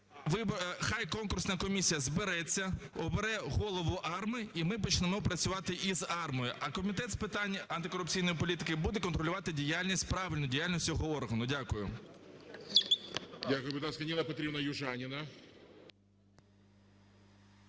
Хай конкурсна комісія збереться, обере голову АРМА, і ми почнемо працювати з АРМА. А Комітет з питань антикорупційної політики буде контролювати діяльність, правильну діяльність цього органу. Дякую.